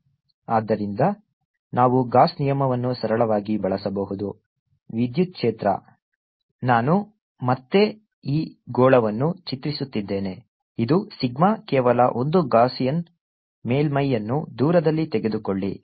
B 0R4ωσ3 2cosθrsinθ r3 ಆದ್ದರಿಂದ ನಾವು Gauss ನಿಯಮವನ್ನು ಸರಳವಾಗಿ ಬಳಸಬಹುದು ವಿದ್ಯುತ್ ಕ್ಷೇತ್ರ ನಾನು ಮತ್ತೆ ಈ ಗೋಳವನ್ನು ಚಿತ್ರಿಸುತ್ತಿದ್ದೇನೆ ಇದು ಸಿಗ್ಮಾ ಕೇವಲ ಒಂದು ಗಾಸಿಯನ್ ಮೇಲ್ಮೈಯನ್ನು ದೂರದಲ್ಲಿ ತೆಗೆದುಕೊಳ್ಳಿ